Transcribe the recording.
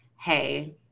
hey